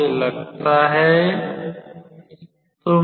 मुझे लगता है कि